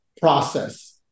process